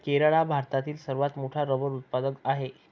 केरळ हा भारतातील सर्वात मोठा रबर उत्पादक आहे